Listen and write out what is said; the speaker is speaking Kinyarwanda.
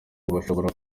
bashobora